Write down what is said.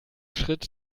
schritt